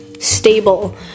stable